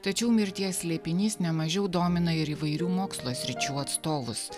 tačiau mirties slėpinys ne mažiau domina ir įvairių mokslo sričių atstovus